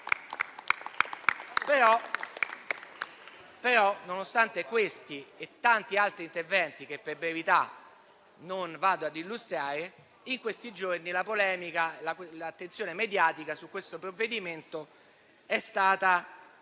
Nonostante questi e tanti altri interventi, che per brevità non vado a illustrare, in questi giorni la polemica e l'attenzione mediatica sul provvedimento è stata